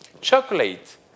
Chocolate